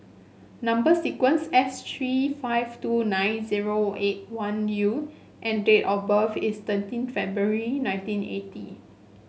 number sequence S three five two nine zero eight one U and date of birth is thirteen February nineteen eighty